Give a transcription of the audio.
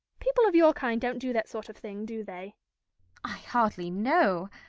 people of your kind don't do that sort of thing, do they i hardly know